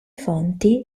fonti